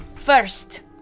First